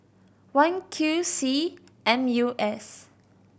one Q C M U S